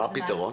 מה הפתרון?